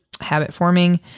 habit-forming